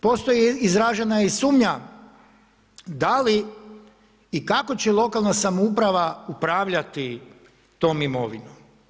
Postoji, izražena je i sumnja da li i kako će lokalna samouprava upravljati tom imovinom.